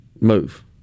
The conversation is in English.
move